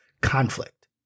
conflict